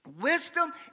Wisdom